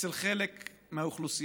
אצל חלק מהאוכלוסייה.